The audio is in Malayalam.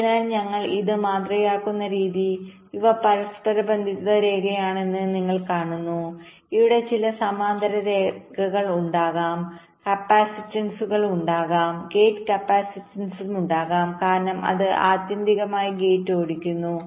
അതിനാൽ ഞങ്ങൾ ഇത് മാതൃകയാക്കുന്ന രീതി ഇവ പരസ്പരബന്ധിത രേഖയാണെന്ന് നിങ്ങൾ കാണുന്നു ഇവിടെ ചില സമാന്തര രേഖകൾ ഉണ്ടാകും കപ്പാസിറ്റൻസുകൾ ഉണ്ടാകും ഗേറ്റ് കപ്പാസിറ്റൻസും ഉണ്ടാകും കാരണം ഇത് ആത്യന്തികമായി ഗേറ്റ് ഓടിക്കുന്നു